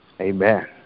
Amen